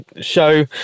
show